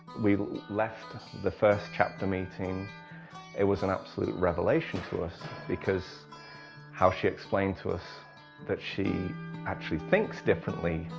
we left the first chapter meeting it was an absolute revelation to us because how she explained to us that she actually thinks differently.